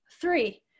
Three